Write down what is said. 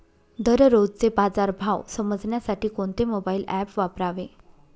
दररोजचे बाजार भाव समजण्यासाठी कोणते मोबाईल ॲप वापरावे?